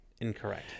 incorrect